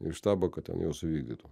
į štabą kad ten juos įvykdytų